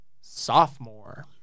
sophomore